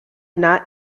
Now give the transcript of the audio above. not